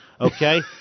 Okay